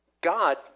God